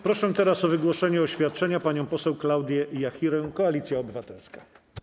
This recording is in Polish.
Proszę teraz o wygłoszenie oświadczenia panią poseł Klaudię Jachirę, Koalicja Obywatelska.